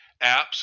apps